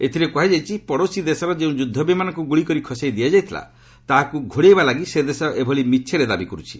ଏଥିରେ କୁହାଯାଇଛି ପଡ଼ୋଶୀ ଦେଶର ଯେଉଁ ଯୁଦ୍ଧ ବିମାନକୁ ଗୁଳି କରି ଖସାଇ ଦିଆଯାଇଥିଲା ତାହାକୁ ଘୋଡ଼ାଇବା ଲାଗି ସେ ଦେଶ ଏଭଳି ମିଛରେ ଦାବି କରିଛି